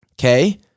Okay